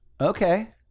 Okay